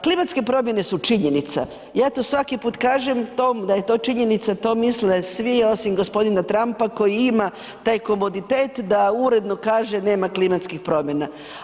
Klimatske promjene su činjenica, ja to svaki put kažem da je to činjenice i to misle svi osim gospodina Trumpa koji ima taj komoditet da uredno kaže nema klimatskih promjena.